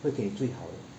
会给你最好的